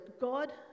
God